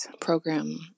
program